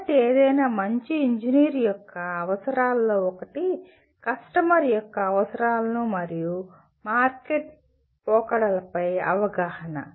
కాబట్టి ఏదైనా మంచి ఇంజనీర్ యొక్క అవసరాలలో ఒకటి కస్టమర్ యొక్క అవసరాలు మరియు మార్కెట్ పోకడలపై అవగాహన